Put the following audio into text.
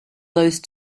those